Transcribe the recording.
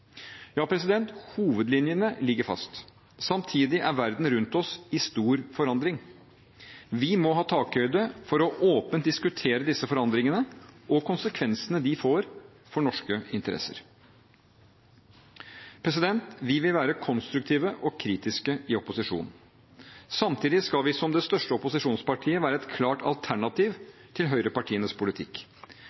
Ja, hovedlinjene ligger fast. Samtidig er verden rundt oss i stor forandring. Vi må ha takhøyde for åpent å diskutere disse forandringene og konsekvensene de får for norske interesser. Vi vil være konstruktive og kritiske i opposisjon. Samtidig skal vi som det største opposisjonspartiet være et klart alternativ til høyrepartienes politikk.